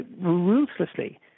ruthlessly